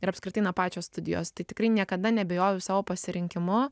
ir apskritai na pačios studijos tai tikrai niekada neabejojau savo pasirinkimu